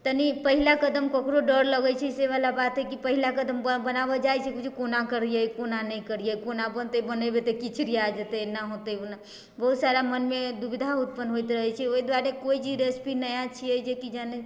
तनि पहिला कदम ककरो डर लगै छै से वाला बात हइ कि पहिला कदम बनाबऽ जाइ छै तऽ बुझू जे कोना करिऐ कोना नहि करिऐ केना बनतै हम बनबै तऽ की छिड़िआ जेतै बहुत सारा मनमे दुविधा उत्पन्न होइत रहै छै ओहि दुआरे कोइ भी रेसिपी जेकि नया छिऐ जे